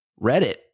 Reddit